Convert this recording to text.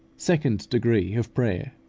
second degree of prayer,